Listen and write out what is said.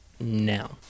now